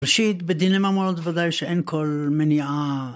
ראשית, בדיני ממונות ודאי שאין כל מניעה